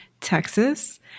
Texas